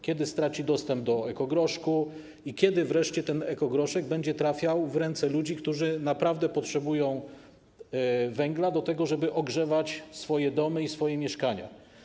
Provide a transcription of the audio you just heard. Kiedy straci dostęp do ekogroszku i kiedy wreszcie ten ekogroszek będzie trafiał w ręce ludzi, którzy naprawdę potrzebują węgla do tego, żeby ogrzewać swoje domy i swoje mieszkania?